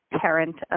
parent